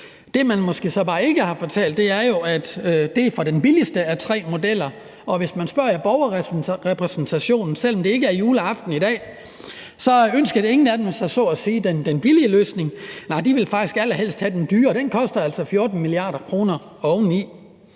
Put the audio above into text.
Det, man så bare ikke har fortalt, er jo, at det er for den billigste af tre modeller, og hvis man spørger i borgerrepræsentationen – selv om det ikke er juleaften i dag – så ønskede ingen af dem så at sige den billige løsning, nej, de ville faktisk allerhelst have den dyre, og den koster altså 14 mia. kr. oveni.